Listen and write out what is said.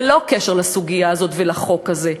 ללא קשר לסוגיה הזאת ולחוק הזה,